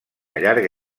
llarga